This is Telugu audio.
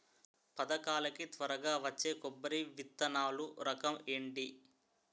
పథకాల కి త్వరగా వచ్చే కొబ్బరి విత్తనాలు రకం ఏంటి?